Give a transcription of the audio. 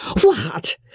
What